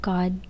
God